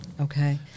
Okay